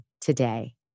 today